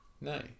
No